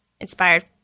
inspired